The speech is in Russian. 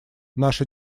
наша